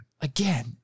again